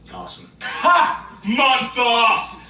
awesome. ha, month off!